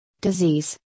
disease